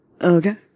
okay